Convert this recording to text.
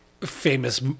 famous